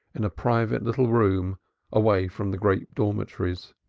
in a private little room away from the great dormitories.